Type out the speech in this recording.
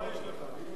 מה יש לך?